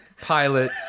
Pilot